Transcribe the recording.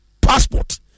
passport